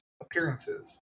appearances